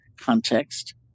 context